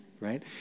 right